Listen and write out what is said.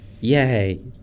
Yay